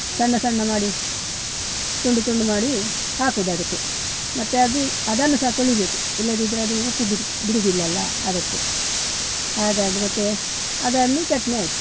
ಸಣ್ಣ ಸಣ್ಣ ಮಾಡಿ ತುಂಡು ತುಂಡು ಮಾಡಿ ಹಾಕೋದು ಅದಕ್ಕೆ ಮತ್ತು ಅದು ಅದನ್ನು ಸಹ ತೊಳೀಬೇಕು ಇಲ್ಲದಿದ್ದರೆ ಅದು ಉಪ್ಪು ಬಿಡು ಬಿಡೋದಿಲ್ಲಲ್ಲ ಅದಕ್ಕೆ ಹಾಗಾಗಿ ಮತ್ತೆ ಅದಾದ್ನು ಚಟ್ನಿಯಾಯ್ತು